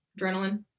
adrenaline